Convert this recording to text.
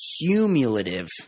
cumulative